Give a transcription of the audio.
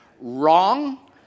wrong